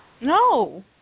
No